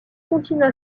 continua